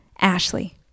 Ashley